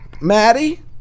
Maddie